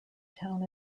town